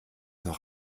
noch